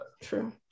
true